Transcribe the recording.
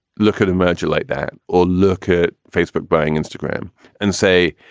look at a merger like that or look at facebook buying instagram and say,